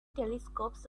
telescopes